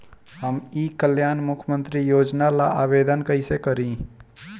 हम ई कल्याण मुख्य्मंत्री योजना ला आवेदन कईसे करी?